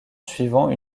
suivant